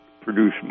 produce